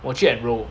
我去 enrole